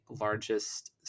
largest